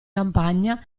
campagna